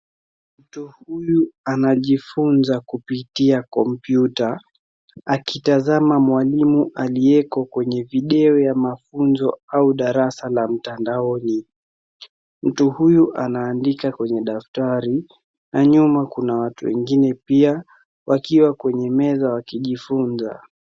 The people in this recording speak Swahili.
Mtu huyu anajifunza kupitia kompyuta akitazama mwalimu aliye kwenye video ya mafunzo au darasa la mtandaoni. Mtu huyu anaandika kwenye daftari, na nyuma kuna watu wengine pia wakiwa kwenye meza wakijifunza.